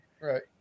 Right